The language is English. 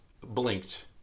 blinked